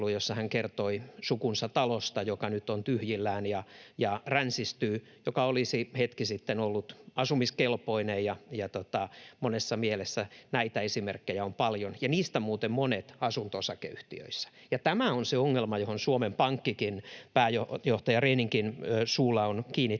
jossa hän kertoi sukunsa talosta, joka nyt on tyhjillään ja ränsistyy ja joka olisi hetki sitten ollut asumiskelpoinen. Monessa mielessä näitä esimerkkejä on paljon ja niistä muuten monet asunto-osakeyhtiöissä. Tämä on se ongelma, johon Suomen Pankkikin pääjohtaja Rehninkin suulla on kiinnittänyt